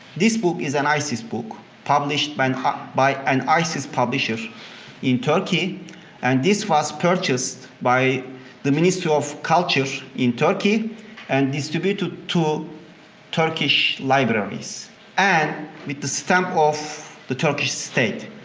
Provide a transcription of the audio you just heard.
this book is an isis book published by an ah by an isis publisher in turkey and this was purchased by the ministry of culture in turkey and distributed to turkish libraries and with the stamp of the turkish state.